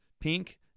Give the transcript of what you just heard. pink